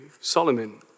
Solomon